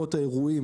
אולמות האירועים